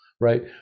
right